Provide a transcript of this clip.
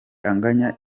anganya